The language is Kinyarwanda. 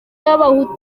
y’abahutu